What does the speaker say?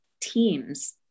teams